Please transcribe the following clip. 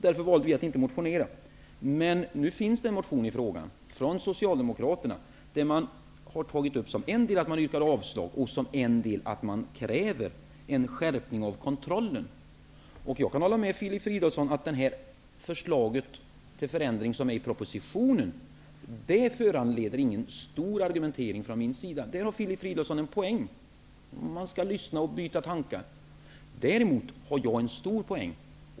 Därför valde vi att inte motionera. Men nu finns det en motion i frågan, från Socialdemokraterna, där man har tagit upp som en del att man yrkar avslag och som en del att man kräver en skärpning av kontrollen. Jag kan hålla med Filip Fridolfsson. Det förslag till förändring som står i propositionen föranleder ingen stor argumentering från min sida. Där har Filip Fridolfsson en poäng. Man skall lyssna och byta tankar.